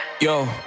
Yo